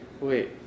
Wait